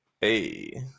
Hey